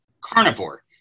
carnivore